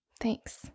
Thanks